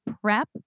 prep